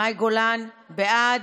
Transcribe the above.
מאי גולן, בעד.